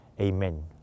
Amen